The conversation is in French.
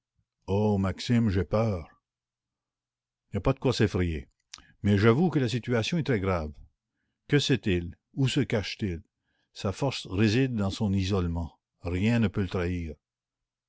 oh maxime j'ai peur il n'y a pas de quoi s'effrayer mais j'avoue que la situation est énervante que sait-il où se cache-t-il sa force réside dans son isolement rien ne peut le trahir